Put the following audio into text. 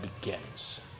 begins